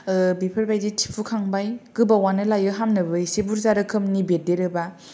बेफोरबायदि थिफुखांबाय गोबावानो लायो हामनोबो एसे बुर्जा रोखोमनि बेरदेरोबा